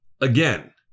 again